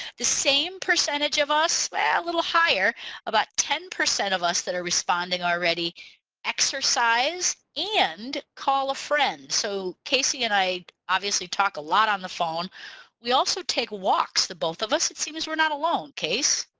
the same percentage of us a little higher about ten percent of us that are responding already exercise and call a friend so casey and i obviously talk a lot on the phone we also take walks the both of us it seems we're not alone casey.